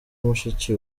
mushiki